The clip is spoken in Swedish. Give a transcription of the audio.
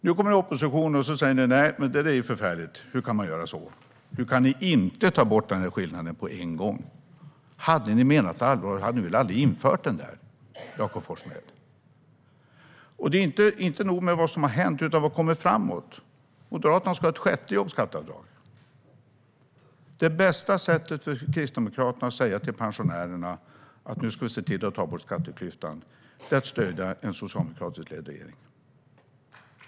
Nu i opposition säger ni att det är förfärligt. Hur kan man göra så? Hur kan ni inte ta bort den skillnaden på en gång? Om ni hade menat allvar hade ni väl aldrig infört den skatten, Jakob Forssmed. Det är inte nog med vad som har hänt, utan frågan är vad som kommer framåt. Moderaterna ska ha ett sjätte jobbskatteavdrag. Det bästa sättet för Kristdemokraterna att ta bort skatteklyftan för pensionärerna är att stödja en socialdemokratiskt ledd regering.